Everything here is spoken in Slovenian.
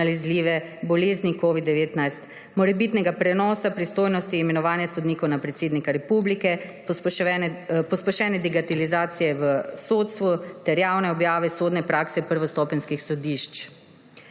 nalezljive bolezni covid-19, morebitnega prenosa pristojnosti imenovanja sodnikov na predsednika republike, pospešene digitalizacije v sodstvu ter javne objave sodne prakse prvostopenjskih sodišč.